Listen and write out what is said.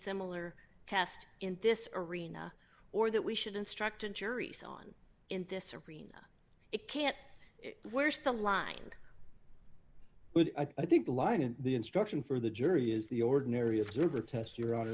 tests in this arena or that we should instruct and juries on in this arena it can't where's the line but i think the line in the instruction for the jury is the ordinary observer test you're o